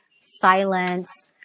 silence